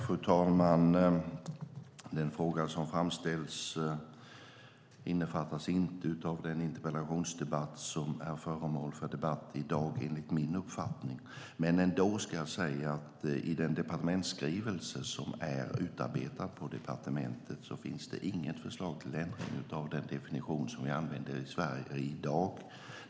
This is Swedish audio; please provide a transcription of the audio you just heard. Fru talman! Den fråga som framställs omfattas enligt min uppfattning inte av den interpellation som är föremål för debatt i dag. Men jag vill ändå säga att i den departementsskrivelse som är utarbetad på departementet finns det inget förslag till ändring av den definition som vi använder i Sverige i dag.